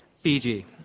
Fiji